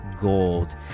gold